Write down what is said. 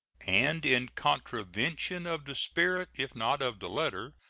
and in contravention of the spirit, if not of the letter,